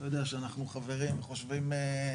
אתה יודע שאנחנו חברים וחושבים,